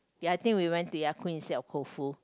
ya I think we went to Ya-Kun instead of KouFu